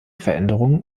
veränderungen